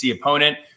opponent